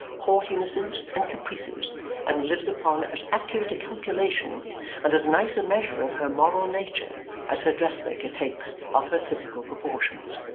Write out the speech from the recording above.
haughtinesses, and caprices and lives upon as accurate a calculation and as nice a measure of her moral nature as her dressmaker takes of her physical proportions.